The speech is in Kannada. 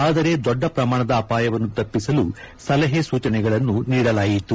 ಆದರೆ ದೊಡ್ಡ ಪ್ರಮಾಣದ ಅಪಾಯವನ್ನು ತಪ್ಪಿಸಲು ಸಲಹೆ ಸೂಚನೆಗಳನ್ನು ನೀಡಲಾಯಿತು